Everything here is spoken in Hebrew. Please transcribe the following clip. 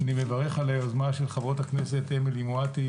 אני מברך על היוזמה של חברות הכנסת אמילי מואטי,